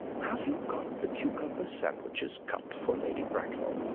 have you got the cucumber sandwiches cut for lady bracknell?